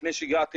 לפני שהגעתי